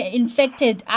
infected